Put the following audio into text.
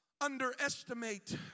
underestimate